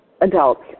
adults